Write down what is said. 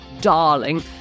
darling